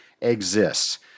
exists